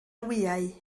wyau